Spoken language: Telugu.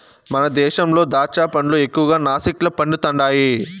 మన దేశంలో దాచ్చా పండ్లు ఎక్కువగా నాసిక్ల పండుతండాయి